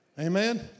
Amen